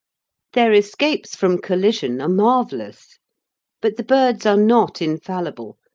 their escapes from collision are marvellous but the birds are not infallible,